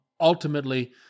ultimately